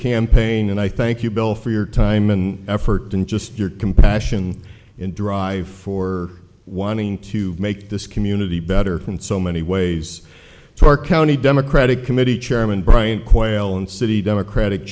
campaign and i thank you bill for your time and effort in just your compassion in drive for wanting to make this community better in so many ways to our county democratic committee chairman brian quail and city democratic